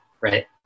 right